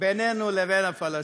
בינינו לבין הפלסטינים.